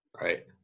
Right